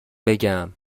بگم